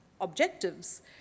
objectives